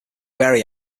very